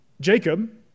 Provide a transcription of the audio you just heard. Jacob